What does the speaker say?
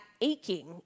aching